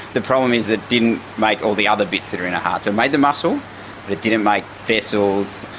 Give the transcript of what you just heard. the problem is it didn't make all the other bits that are in a heart. so it made the muscle, but it didn't make vessels.